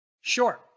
sure